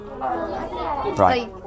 Right